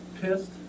pissed